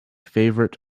favourite